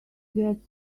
get